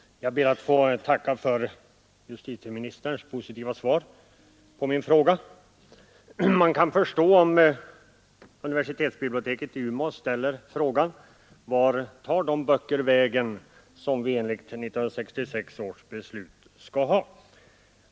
Herr talman! Jag ber att få tacka för justitieministerns positiva svar på min fråga. Man kan förstå om universitetsbiblioteket i Umeå ställer frågan: Vart tar de böcker vägen som vi enligt 1966 års beslut skall ha?